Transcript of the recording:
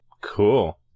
Cool